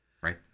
right